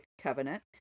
covenant